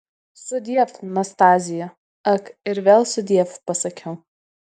sudiev nastazija ak ir vėl sudiev pasakiau